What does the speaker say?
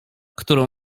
którą